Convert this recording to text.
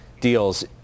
deals